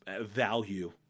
value